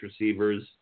receivers